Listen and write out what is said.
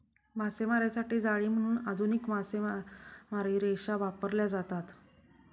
मासेमारीसाठी जाळी म्हणून आधुनिक मासेमारी रेषा वापरल्या जातात